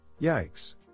yikes